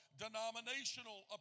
denominational